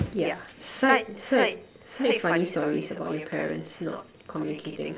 yeah side side side funny stories about your parents not communicating